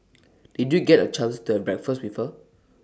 did you get A chance to have breakfast with her